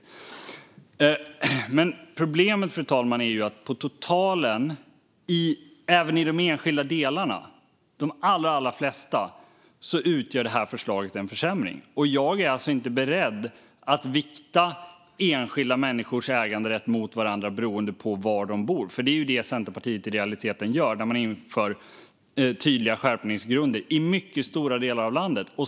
Fru talman! Problemet är att det här förslaget på totalen, även i de allra flesta av de enskilda delarna, utgör en försämring. Jag är inte beredd att vikta enskilda människors äganderätt mot varandra beroende på var de bor. Det är det Centerpartiet i realiteten gör när man inför tydliga skärpningsgrunder i mycket stora delar av landet.